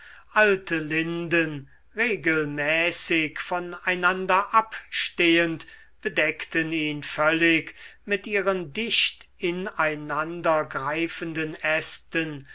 alte linden regelmäßig von einander abstehend bedeckten ihn völlig mit ihren dicht in einander greifenden ästen